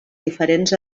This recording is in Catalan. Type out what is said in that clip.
diferents